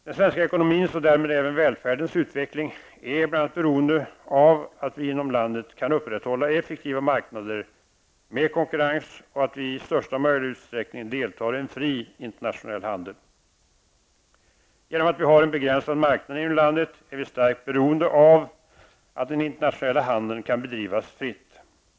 Den svenska ekonomins -- och därmed även välfärdens -- utveckling är bl.a. beroende av att vi inom landet kan upprätthålla effektiva marknader med konkurrens och att vi i största möjliga utsträckning deltar i en fri internationell handel. Genom att vi har en begränsad marknad inom landet är vi starkt beroende av att den internationella handeln kan bedrivas fritt.